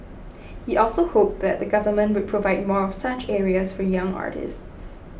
he also hoped that the government would provide more of such areas for young artists